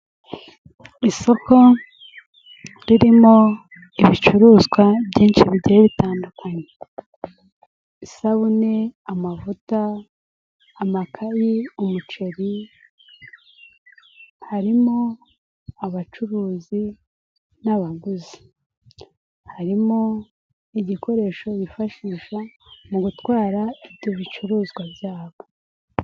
Isoko ririmo ibicuruzwa byinshi bigiye bitandukanye, isabune, amavuta, amakayi, umuceri, harimo abacuruzi n'abaguzi, harimo igikoresho bifashishwa mu gutwara ibyo bicuruzwa byabo.